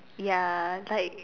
ya like